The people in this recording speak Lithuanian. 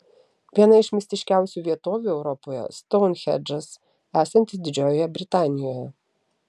viena iš mistiškiausių vietovių europoje stounhendžas esantis didžiojoje britanijoje